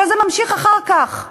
וזה ממשיך אחר כך לחינוך,